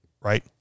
right